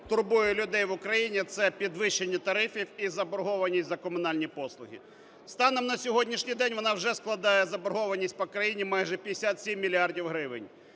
турбує людей в Україні, – це підвищення тарифів і заборгованість за комунальні послуги. Станом на сьогоднішній день вона вже складає, заборгованість, по країні майже 57 мільярдів гривень.